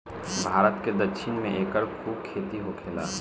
भारत के दक्षिण में एकर खूब खेती होखेला